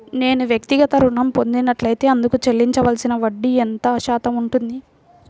నేను వ్యక్తిగత ఋణం పొందినట్లైతే అందుకు చెల్లించవలసిన వడ్డీ ఎంత శాతం ఉంటుంది?